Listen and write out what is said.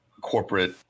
corporate